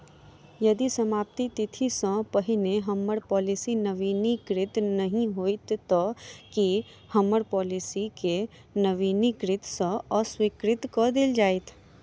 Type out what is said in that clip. यदि समाप्ति तिथि सँ पहिने हम्मर पॉलिसी नवीनीकृत नहि होइत तऽ की हम्मर पॉलिसी केँ नवीनीकृत सँ अस्वीकृत कऽ देल जाइत?